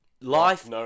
Life